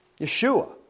Yeshua